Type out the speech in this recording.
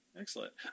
Excellent